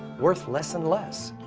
worth less and less.